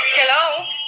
hello